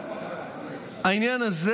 העניין הזה